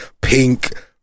pink